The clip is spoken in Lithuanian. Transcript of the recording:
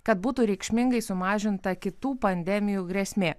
kad būtų reikšmingai sumažinta kitų pandemijų grėsmė